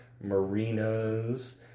marinas